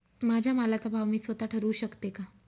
माझ्या मालाचा भाव मी स्वत: ठरवू शकते का?